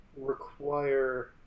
require